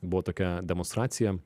buvo tokia demonstracija